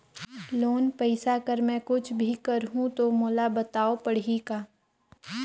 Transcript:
Loan पइसा कर मै कुछ भी करहु तो मोला बताव पड़ही का?